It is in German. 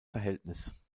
verhältnis